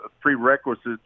prerequisites